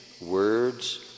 words